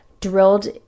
drilled